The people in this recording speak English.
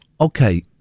Okay